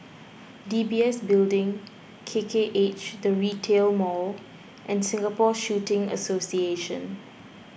D B S Building K K H the Retail Mall and Singapore Shooting Association